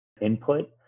input